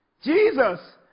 Jesus